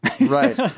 Right